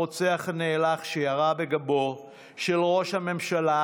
הרוצח הנאלח שירה בגבו של ראש הממשלה